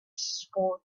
swore